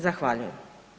Zahvaljujem.